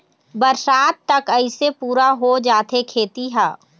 बरसात तक अइसे पुरा हो जाथे खेती ह